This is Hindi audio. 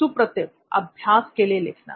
सुप्रतिव अभ्यास के लिए लिखना